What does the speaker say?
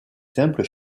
simple